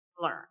learn